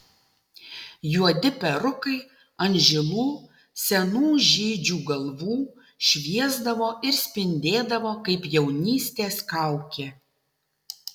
juodi perukai ant žilų senų žydžių galvų šviesdavo ir spindėdavo kaip jaunystės kaukė